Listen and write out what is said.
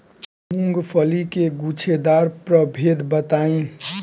मूँगफली के गूछेदार प्रभेद बताई?